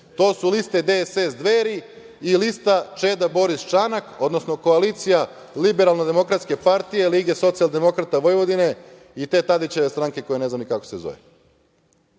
To su liste DSS - Dveri i lista Čeda-Boris-Čanak, odnosno koalicija Liberalno-demokratske partije, Lige socijaldemokrata Vojvodine i te Tadićeve stranke koja ne znam ni kako se zove.